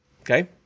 okay